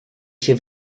się